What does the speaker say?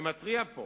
אני מתריע פה